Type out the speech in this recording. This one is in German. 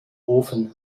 ofen